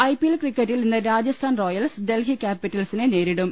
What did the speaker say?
I P L ക്രിക്കറ്റിൽ ഇന്ന് Rajasthan Royals Delhi കാപ്പിറ്റൽസിനെ നേരിടും